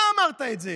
אתה אמרת את זה,